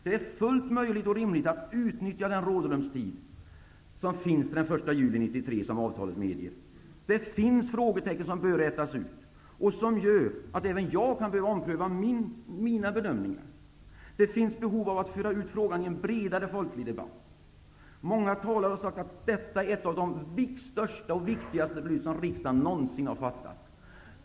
Det är fullt möjligt och rimligt att utnyttja den rådrumstid som avtalet medger till den 1 juli Det finns frågetecken som bör rätas ut. Även jag kan behöva ompröva mina bedömningar. Det finns behov av att föra ut frågan i en bredare folklig debatt. Många talare har sagt att detta är ett av största och viktigaste beslut som riksdagen någonsin har fattat.